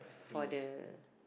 for the